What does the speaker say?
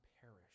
perish